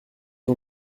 ont